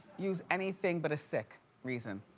use anything but a sick reason.